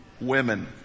Women